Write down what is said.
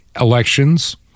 elections